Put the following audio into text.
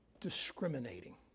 discriminating